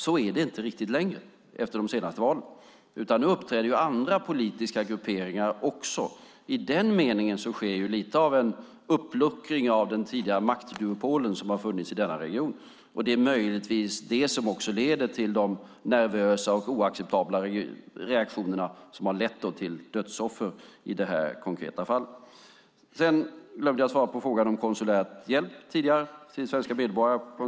Så är det inte riktigt längre efter de senaste valen, utan nu uppträder också andra politiska grupperingar. I den meningen sker lite av en uppluckring av den tidigare maktduopolen som har funnits i denna region. Det är möjligtvis det som också leder till de nervösa och oacceptabla reaktioner som har lett till dödsoffer i det här konkreta fallet. Jag glömde att svara på frågan om konsulär hjälp till svenska medborgare tidigare.